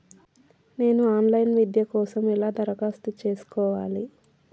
నేను online విద్య కోసం ఎలా దరఖాస్తు చేసుకోవాలి?